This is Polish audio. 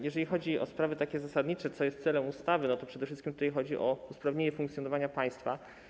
Jeżeli chodzi o sprawy zasadnicze, o to, co jest celem ustawy, to przede wszystkim tutaj chodzi o usprawnienie funkcjonowania państwa.